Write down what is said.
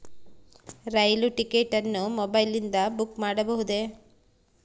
ರೈಲು ticket ಅನ್ನು ಮೊಬೈಲಿಂದ book ಮಾಡಬಹುದೆ?